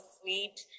sweet